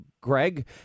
Greg